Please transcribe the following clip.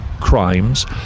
crimes